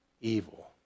evil